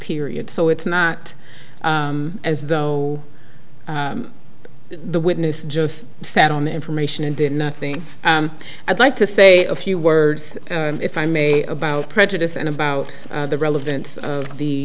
period so it's not as though the witness just sat on the information and did nothing i'd like to say a few words if i may about prejudice and about the relevance of the